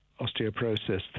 osteoporosis